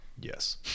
Yes